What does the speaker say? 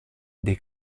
dei